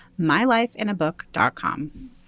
mylifeinabook.com